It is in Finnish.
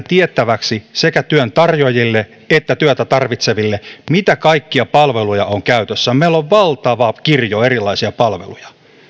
tiettäväksi sekä työn tarjoajille että työtä tarvitseville mitä kaikkia palveluja on käytössä meillä on valtava kirjo erilaisia palveluja